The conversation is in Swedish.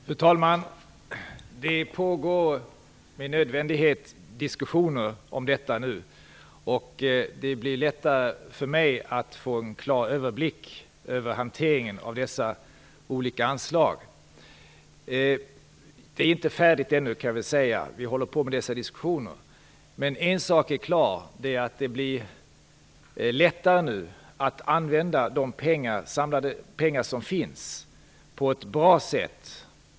Fru talman! Det pågår med nödvändighet diskussioner om detta. Det blir lättare för mig att få en klar överblick över hanteringen av de olika anslagen. Det är inte färdigt ännu. En sak är dock klar: Det blir lättare att på ett bra sätt använda de samlade pengar som finns.